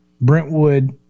brentwood